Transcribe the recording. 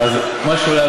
מה שעולה,